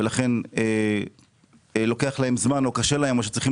ולכן לוקח להם זמן או קשה להם או שצריכים